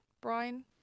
brian